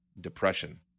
depression